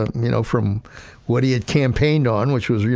and you know, from what he had campaigned on, which was, you